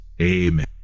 Amen